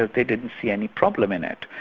they didn't see any problem in it.